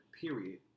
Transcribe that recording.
period